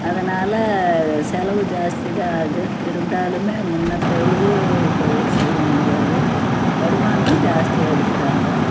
அதனால் செலவு ஜாஸ்தி தான் ஆகும் இருந்தாலுமே முன்னத்தை இது இப்போ செய்ய முடியாது வருமானம் ஜாஸ்தியாக எடுக்கிறாங்க